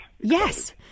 Yes